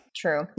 True